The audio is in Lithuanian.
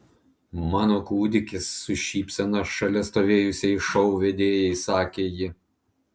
mano kūdikis su šypsena šalia stovėjusiai šou vedėjai sakė ji